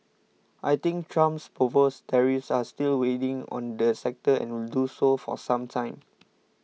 I think Trump's proposed tariffs are still weighing on the sector and will do so for some time